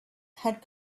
had